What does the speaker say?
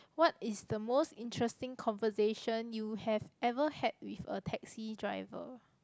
what is the most interesting conversation you have ever had with a taxi driver